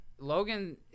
Logan